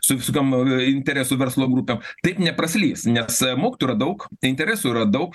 su visokiom interesų verslo grupėm taip nepraslys nes mokytojų yra daug interesų yra daug